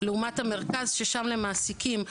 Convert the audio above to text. לעומת המרכז ששם למעסיקים,